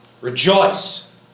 Rejoice